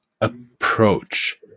approach